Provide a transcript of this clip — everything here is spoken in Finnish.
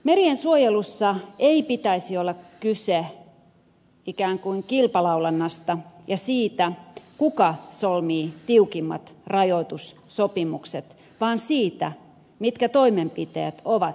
meriensuojelussa ei pitäisi olla kyse ikään kuin kilpalaulannasta ja siitä kuka solmii tiukimmat rajoitussopimukset vaan siitä mitkä toimenpiteet ovat tehokkaimpia